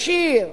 ישיר,